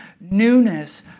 newness